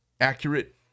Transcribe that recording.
accurate